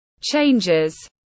changes